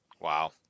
Wow